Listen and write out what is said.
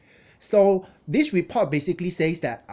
so this report basically says that